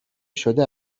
شده